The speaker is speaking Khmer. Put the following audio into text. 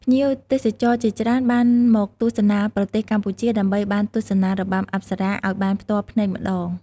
ភ្ញៀវទេសចរជាច្រើនបានមកទស្សនាប្រទេសកម្ពុជា ដើម្បីបានទស្សនារបាំអប្សរាឲ្យបានផ្ទាល់ភ្នែកម្តង។